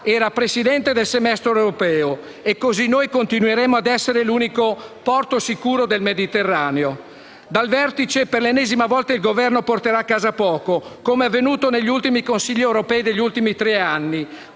Presidenza del semestre europeo. Così noi continueremo ad essere l'unico porto sicuro del Mediterraneo. Dal vertice per l'ennesima volta il Governo porterà a casa poco, come avvenuto nei Consigli europei degli ultimi tre anni;